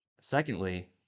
Secondly